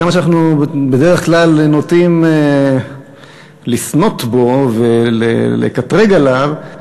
כמה שאנחנו בדרך כלל נוטים לסנוט בו ולקטרג עליו,